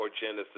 Genesis